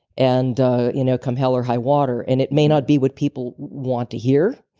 and you know, come hell or high water, and it may not be what people want to hear,